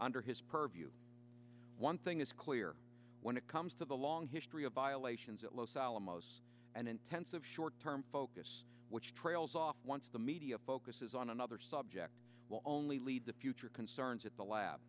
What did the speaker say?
under his purview one thing is clear when it comes to the long history of violations at los alamos and intensive short term focus which trails off once the media focuses on another subject will only lead to future concerns at the lab